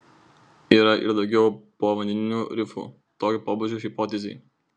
yra ir daugiau povandeninių rifų tokio pobūdžio hipotezei